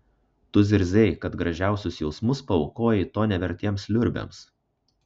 tu zirzei kad gražiausius jausmus paaukojai to nevertiems liurbiams